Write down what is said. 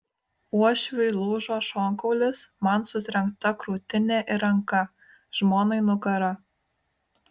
uošviui lūžo šonkaulis man sutrenkta krūtinė ir ranka žmonai nugara